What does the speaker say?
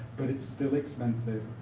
but it's still expensive,